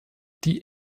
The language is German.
die